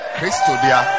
Christodia